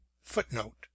Footnote